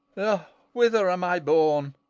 ah whither am i borne!